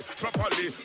properly